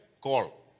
call